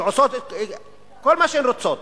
שעושות כל מה שהן רוצות,